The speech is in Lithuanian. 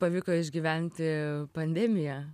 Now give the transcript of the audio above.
pavyko išgyventi pandemiją